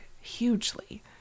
Hugely